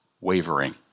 wavering